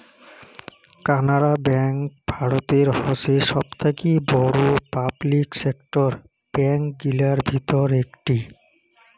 Canara bank ভারতের হসে সবথাকি বড়ো পাবলিক সেক্টর ব্যাঙ্ক গিলার ভিতর একটি